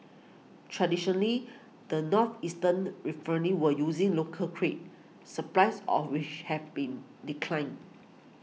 traditionally the northeastern were using local cray supplies of which have been declined